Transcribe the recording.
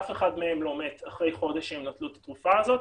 אף אחד מהם לא מת אחרי חודש שהם נטלו את התרופה הזאת.